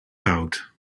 goud